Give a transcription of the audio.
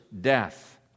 death